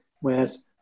whereas